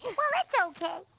well it's okay.